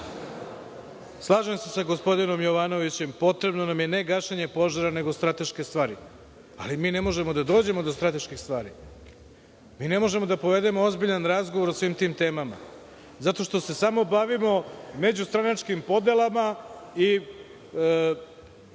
šale. Slažem se sa gospodinom Jovanovićem, potrebno nam je ne gašenje požara, nego strateške stvari, ali mi ne možemo da dođemo do strateških stvari. Ne možemo da povedemo ozbiljan razgovor o svim tim temama zato što se samo bavimo međustranačkim podelama i